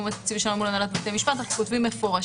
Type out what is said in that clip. התקציבי שלנו מול הנהלת בתי המשפט כתוב מפורשות.